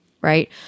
Right